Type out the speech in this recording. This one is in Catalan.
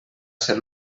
ser